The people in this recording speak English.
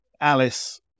Alice